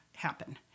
happen